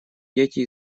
дети